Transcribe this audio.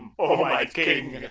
o my king!